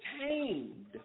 tamed